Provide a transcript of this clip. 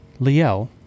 Liel